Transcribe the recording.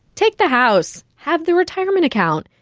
take the house. have the retirement account.